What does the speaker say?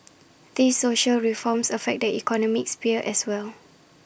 these social reforms affect the economic sphere as well